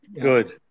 Good